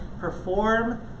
perform